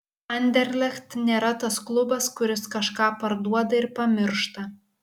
anderlecht nėra tas klubas kuris kažką parduoda ir pamiršta